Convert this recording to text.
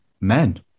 men